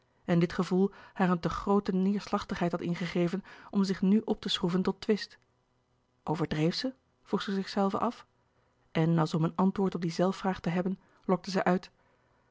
en dit gevoel haar een te groote neêrslachtigheid had ingegeven om zich nu op te schroeven tot twist overdreef zij vroeg zij zichzelve af en als om een antwoord op die zelfvraag te hebben lokte zij uit